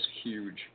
huge